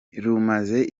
rumaze